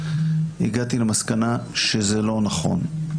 הגעתי למסקנה שזה לא נכון.